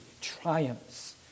triumphs